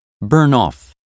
burn-off